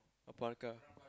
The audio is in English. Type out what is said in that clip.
or parka